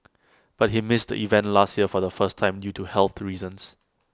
but he missed the event last year for the first time due to health reasons